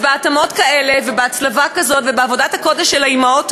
אז בהתאמות כאלה ובהצלבה כזאת ובעבודת הקודש של האימהות